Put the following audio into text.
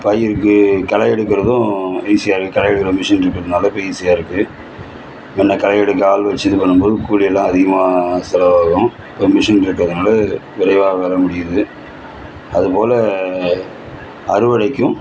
பயிருக்கு களை எடுக்கறதும் ஈஸியாக களை எடுக்கற மிஷின் இருக்கதுனால் இப்போ ஈஸியாக இருக்குது ஏன்னால் களை எடுக்க ஆள் வச்சு இது பண்ணும் போது கூலி எல்லாம் அதிகமாக செலவாகும் இப்போ மிஷின் இருக்கதுனால் விரைவாக வேலை முடியுது அது போல அறுவடைக்கும்